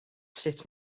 sut